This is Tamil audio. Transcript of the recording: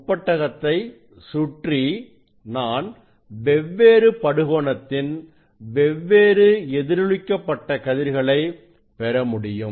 முப்பட்டகத்தை சுற்றி நான் வெவ்வேறு படுகோணத்தின் வெவ்வேறு எதிரொளிக்கப்பட்ட கதிர்களை பெறமுடியும்